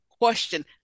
question